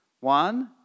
One